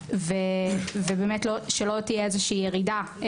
ובאמת שלא תהיה איזושהי ירידה,